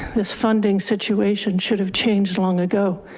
this funding situation should have changed long ago.